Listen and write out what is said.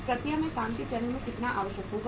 प्रक्रिया में काम के चरण पर कितना आवश्यक होगा